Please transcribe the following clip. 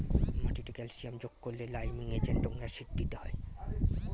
মাটিতে ক্যালসিয়াম যোগ করলে লাইমিং এজেন্ট এবং অ্যাসিড দিতে হয়